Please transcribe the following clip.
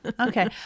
okay